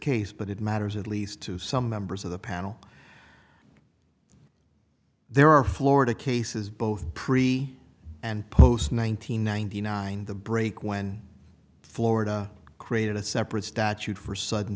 case but it matters at least to some members of the panel there are florida cases both pre and post one nine hundred ninety nine the break when florida created a separate statute for sudden